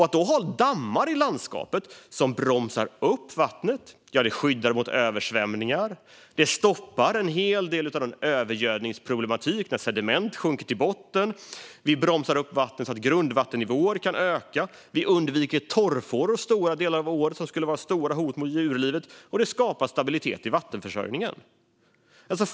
Att ha dammar i landskapet skyddar mot översvämningar, stoppar en del av övergödningsproblematiken när sediment sjunker till botten och bromsar upp vatten så att grundvattennivåer kan öka. Med dammar undviker vi under stora delar av året torrfåror som hotar djurlivet, och de skapar stabilitet i vattenförsörjningen.